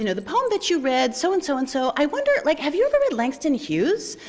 you know the poem that you read, so and so and so. i wonder, like, have you ever read langston hughes?